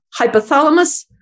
Hypothalamus